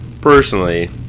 personally